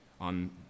on